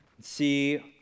See